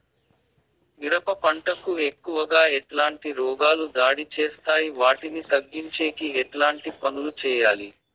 మిరప పంట కు ఎక్కువగా ఎట్లాంటి రోగాలు దాడి చేస్తాయి వాటిని తగ్గించేకి ఎట్లాంటి పనులు చెయ్యాలి?